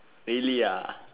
really ah